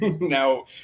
Now